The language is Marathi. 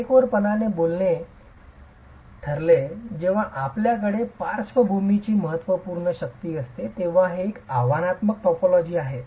काटेकोरपणे बोलणे जेव्हा आपल्याकडे पार्श्वभूमीची महत्त्वपूर्ण शक्ती असते तेव्हा हे एक आव्हानात्मक टायपोलॉजी आहे